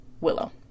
Willow